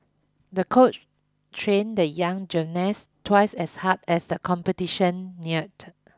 the coach trained the young gymnast twice as hard as the competition neared